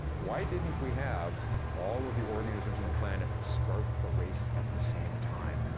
why didn't we have all of the organisms in the planet start the race at the same time?